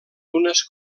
dunes